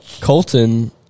Colton